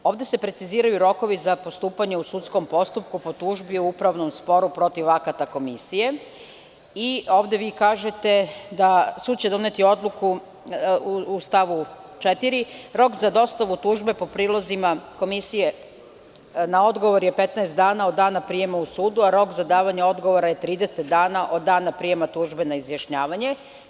Ovde se preciziraju rokovi za postupanje u sudskom postupku po tužbi u upravnom sporu protiv akata komisije i ovde vi kažete – sud će doneti odluku u stavu 4, rok za dostavu tužbe po prilozima komisije na odgovor je 15 dana od dana prijema u sudu, a rok za davanje odgovora je 30 dana od dana prijema tužbe na izjašnjavanje.